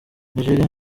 nigeria